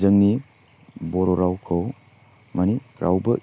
जोंनि बर' रावखौ मानि रावबो